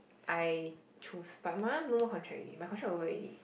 I choose but my one no more contract already my contract over already